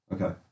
Okay